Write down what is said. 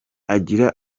agira